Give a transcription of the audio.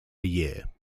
year